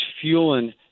fueling